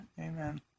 Amen